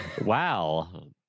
Wow